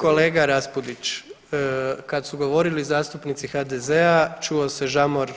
Kolega Raspudić, kad su govorili zastupnici HDZ-a čuo se žamor